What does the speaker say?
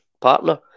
partner